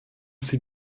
sie